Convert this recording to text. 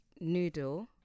noodle